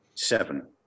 Seven